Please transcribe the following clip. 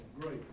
Great